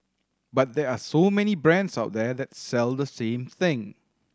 but there are so many brands out there that sell the same thing